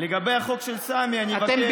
לגבי החוק של סמי אני אבקש,